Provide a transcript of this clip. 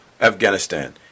Afghanistan